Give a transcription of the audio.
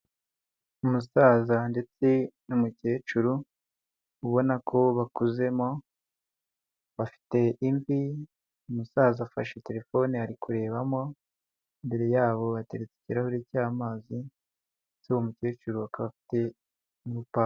Umusaza ndetse n'umukecuru ubona ko bakuzemo bafite imvi, umusaza afashe telefone ari kurebamo, imbere yabo bateretse ikirahuri cy'amazi, ndetse uwo mukecuru akaba afite igipapuro.